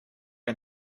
ein